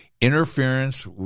interference